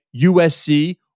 USC